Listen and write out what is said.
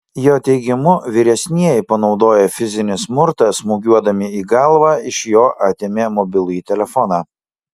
jo teigimu vyresnieji panaudoję fizinį smurtą smūgiuodami į galvą iš jo atėmė mobilųjį telefoną